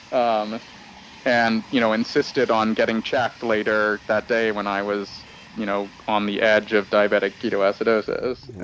um and you know insisted on getting checked later that day when i was you know on the edge of diabetic you know acidosis.